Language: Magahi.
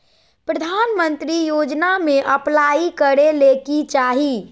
प्रधानमंत्री योजना में अप्लाई करें ले की चाही?